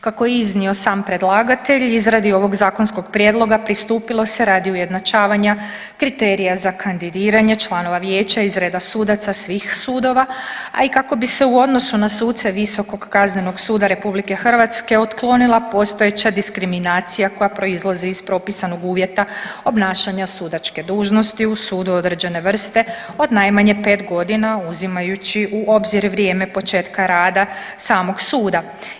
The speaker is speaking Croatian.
Kako je iznio sam predlagatelj izradi ovog zakonskog prijedloga pristupilo se radi ujednačavanja kriterija za kandidiranje članova vijeća iz reda sudaca svih sudova, a i kako bi se u odnosu na suce Visokog kaznenog suda Republike Hrvatske otklonila postojeća diskriminacija koja proizlazi iz propisanog uvjeta obnašanja sudačke dužnosti u sudu određene vrste od najmanje pet godina uzimajući u obzir vrijeme početka rada samog suda.